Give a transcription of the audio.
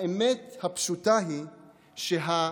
האמת הפשוטה היא שה"כולנו"